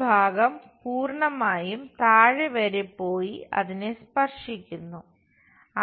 ഈ ഭാഗം പൂർണ്ണമായും താഴെ വരെ പോയി അതിനെ സ്പർശിക്കുന്നു